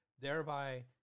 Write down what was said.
thereby